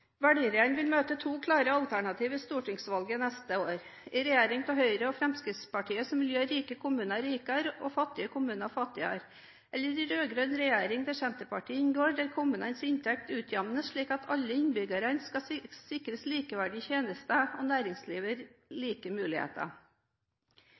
Velgerne vil møte to klare alternativer ved stortingsvalget neste år: en regjering av Høyre og Fremskrittspartiet som vil gjøre rike kommuner rikere og fattige kommuner fattigere, eller en rød-grønn regjering hvor Senterpartiet inngår, der kommunenes inntekter utjamnes slik at alle innbyggerne skal sikres likeverdige tjenester og næringslivet